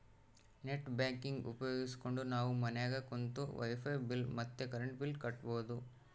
net banking ಉಪಯೋಗಿಸ್ಕೆಂಡು ನಾವು ಮನ್ಯಾಗ ಕುಂತು ವೈಫೈ ಬಿಲ್ ಮತ್ತೆ ಕರೆಂಟ್ ಬಿಲ್ ಕಟ್ಬೋದು